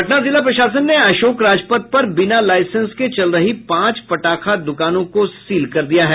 पटना जिला प्रशासन ने अशोक राजपथ पर बिना लाईसेंस के चल रही पांच पटाखा दुकानों को सील कर दिया है